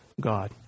God